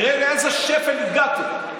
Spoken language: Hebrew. תראה לאיזה שפל הגעתם.